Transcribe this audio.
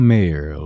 Mayor